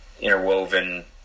interwoven